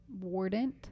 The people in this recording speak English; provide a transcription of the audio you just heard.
warden